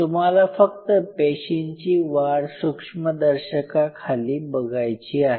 तुम्हाला फक्त पेशींची वाढ सूक्ष्मदर्शकाखाली बघायची आहे